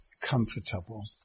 comfortable